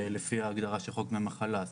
לפי ההגדרה של חוק דמי מחלה,